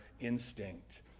instinct